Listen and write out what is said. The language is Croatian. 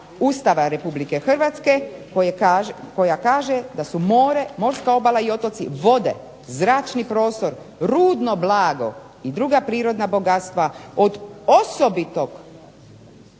Ustava Republike Hrvatske koja kaže da su more, morska obala i otoci vode zračni prostor, rudno blago i druga prirodna bogatstva od osobitog